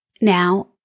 Now